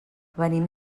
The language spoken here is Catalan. venim